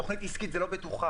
תוכנית עסקית זו לא בטוחה.